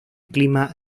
clima